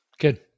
Good